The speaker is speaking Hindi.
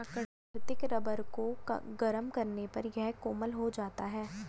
प्राकृतिक रबर को गरम करने पर यह कोमल हो जाता है